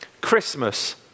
Christmas